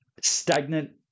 stagnant